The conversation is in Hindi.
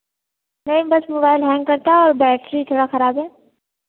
नहीं बस मोबाइल हैंग करता है और बैटरी थोड़ा खराब है